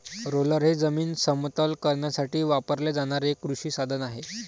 roller हे जमीन समतल करण्यासाठी वापरले जाणारे एक कृषी साधन आहे